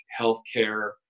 healthcare